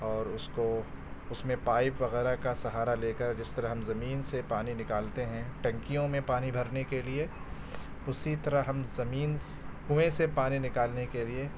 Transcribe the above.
اور اس کو اس میں پائپ وغیرہ کا سہارا لے کر جس طرح ہم زمین سے پانی نکالتے ہیں ٹنکیوں میں پانی بھرنے کے لیے اسی طرح ہم زمین کنوئیں سے پانی نکالنے کے لیے